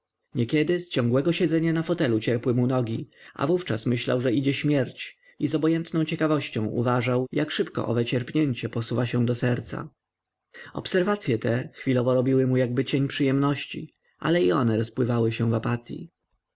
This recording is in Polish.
niekiedy z ciągłego siedzenia na fotelu cierpły mu nogi a wówczas myślał że idzie śmierć i z obojętną ciekawością uważał jak szybko owe cierpnięcie posuwa się do serca obserwacye te chwilowo robiły mu jakby cień przyjemności ale i one rozpływały się w apatyi